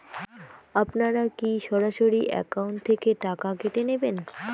আপনারা কী সরাসরি একাউন্ট থেকে টাকা কেটে নেবেন?